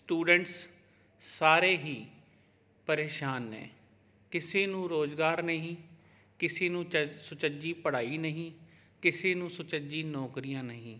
students ਸਾਰੇ ਹੀ ਪਰੇਸ਼ਾਨ ਨੇ ਕਿਸੇ ਨੂੰ ਰੋਜ਼ਗਾਰ ਨਹੀਂ ਕਿਸੇ ਨੂੰ ਸੁਚੱਜੀ ਪੜ੍ਹਾਈ ਨਹੀਂ ਕਿਸੇ ਨੂੰ ਨੌਕਰੀਆਂ ਨਹੀਂ